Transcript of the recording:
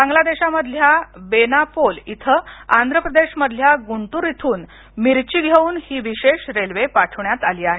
बांगलादेशमधल्या बेनापोल इथं आंध्र प्रदेश मधल्या गुंटूर इथून मिरची घेऊन ही विशेष रेल्वे पाठवण्यात आली आहे